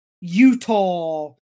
Utah